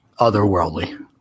otherworldly